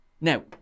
Now